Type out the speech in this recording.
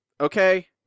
okay